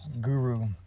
guru